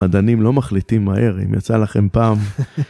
מדענים לא מחליטים מהר, אם יצא לכם פעם.